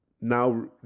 Now